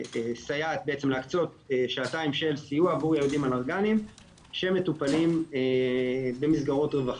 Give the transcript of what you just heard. להקצות שעתיים של סיוע עבור ילדים אלרגניים שמטופלים במסגרות רווחה,